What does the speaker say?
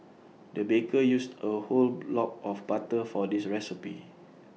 the baker used A whole block of butter for this recipe